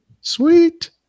sweet